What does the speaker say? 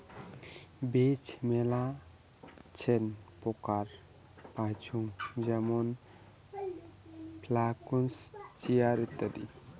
বীজ মেলাছেন প্রকারের পাইচুঙ যেমন ফ্লাক্স, চিয়া, ইত্যাদি